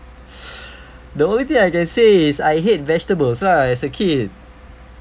the only thing I can say is I hate vegetables lah as a kid